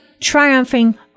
triumphing